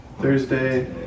Thursday